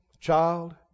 child